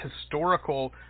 historical